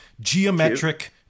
geometric